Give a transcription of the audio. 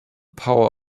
power